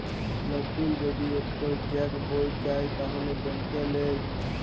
লতুল যদি ইকট চ্যাক বই চায় তাহলে ব্যাংকে লেই